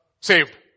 saved